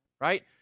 right